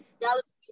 Dallas